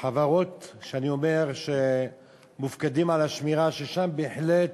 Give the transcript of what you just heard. חברות שאני אומר שמופקדות על השמירה, שגם שם בהחלט